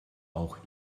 auch